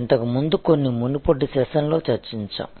ఇంతకుముందు కొన్ని మునుపటి సెషన్లలో చర్చించాము